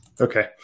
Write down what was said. okay